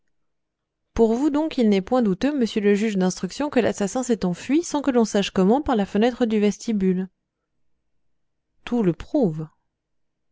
pour vous donc il n'est point douteux monsieur le juge d'instruction que l'assassin s'est enfui sans que l'on sache comment par la fenêtre du vestibule tout le prouve